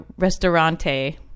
restaurante